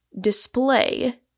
display